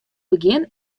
begjin